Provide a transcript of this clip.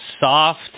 soft